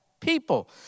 people